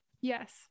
Yes